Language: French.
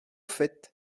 fait